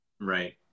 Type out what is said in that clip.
Right